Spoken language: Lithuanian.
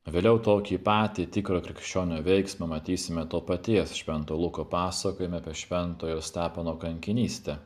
vėliau tokį patį tikro krikščionio veiksmą matysime to paties švento luko pasakojime apie šventojo stepono kankinystę